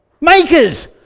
Makers